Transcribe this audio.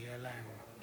מה יהיה עם זה?